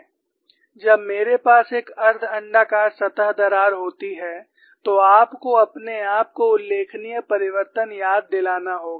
जब मेरे पास एक अर्ध अण्डाकार सतह दरार होती है तो आपको अपने आप को उल्लेखनीय परिवर्तन याद दिलाना होगा